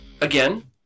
again